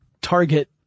target